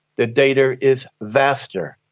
the data is vaster.